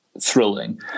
thrilling